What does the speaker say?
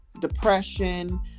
depression